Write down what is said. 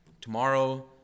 Tomorrow